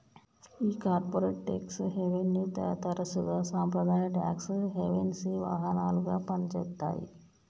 ఈ corporate tax హేవెన్ని తరసుగా సాంప్రదాయ టాక్స్ హెవెన్సి వాహనాలుగా పని చేత్తాయి